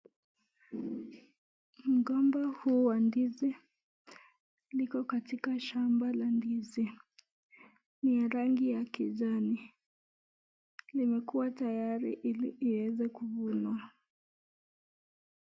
Mgomba huu wa ndizi like katika shamba la ndizi ni ya rangi ya kichani limekuwa tayari hili ieza kufunwa.